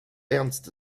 ernst